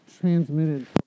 transmitted